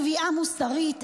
תביעה מוסרית,